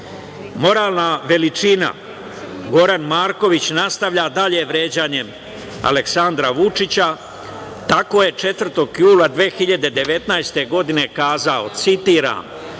veličina, Goran Marković nastavlja dalje vređanje Aleksandra Vučića. Tako je 4. jula 2019. godine kazao, citiram